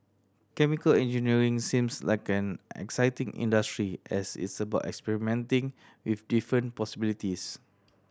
chemical engineering seems like an exciting industry as it's about experimenting with different possibilities